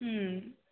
ಹ್ಞೂ